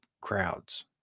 crowds